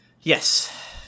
Yes